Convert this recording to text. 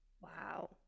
Wow